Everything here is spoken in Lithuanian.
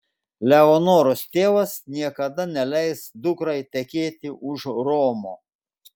leonoros tėvas niekada neleis dukrai tekėti už romo